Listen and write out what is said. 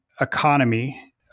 economy